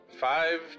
five